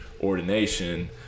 ordination